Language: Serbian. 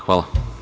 Hvala.